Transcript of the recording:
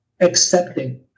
accepting